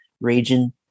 region